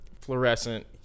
fluorescent